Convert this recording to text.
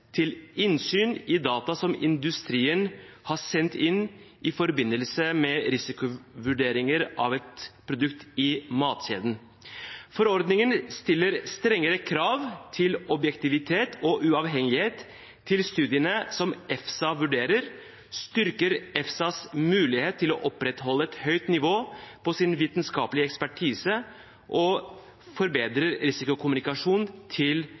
til innsyn i data som industrien har sendt inn i forbindelse med risikovurderinger av et produkt i matkjeden. Forordningen stiller strengere krav til objektivitet og uavhengighet til studiene som EFSA vurderer, styrker EFSAs mulighet til å opprettholde et høyt nivå på sin vitenskapelig ekspertise og forbedrer risikokommunikasjonen til forbrukerne. Proposisjonen, slik den er foreslått, vil legge godt til